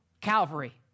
Calvary